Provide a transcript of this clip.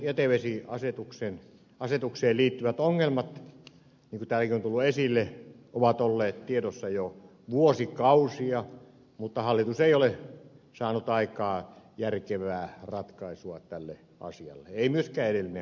haja asutusalueiden jätevesiasetukseen liittyvät ongelmat niin kuin täälläkin on tullut esille ovat olleet tiedossa jo vuosikausia mutta hallitus ei ole saanut aikaan järkevää ratkaisua tässä asiassa ei myöskään edellinen hallitus